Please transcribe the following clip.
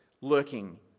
lurking